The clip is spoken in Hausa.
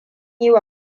yiwa